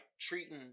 treating